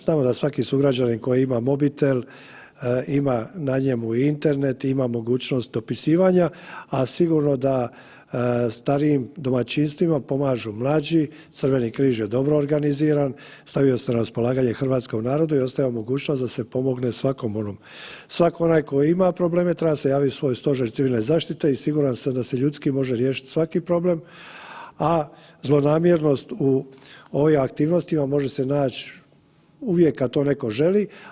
Znamo da svaki sugrađanin koji ima mobitel, ima na njemu i internet i ima mogućnost dopisivanja, a sigurno da starijim domaćinstvima pomažu mlađi, Crveni križ je dobro organiziran, stavio se na raspolaganje hrvatskom narodu i ostavlja mogućnost da se pomogne svakom onom, svako onaj koji ima probleme, treba se javiti u svoj stožer civilne zaštite i siguran sam da se ljudski može riješiti svaki problem, a zlonamjernost u ovim aktivnostima može se naći uvijek kad to netko želi.